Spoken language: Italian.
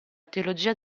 teologia